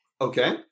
Okay